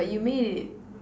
but you made it